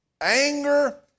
Anger